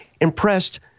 impressed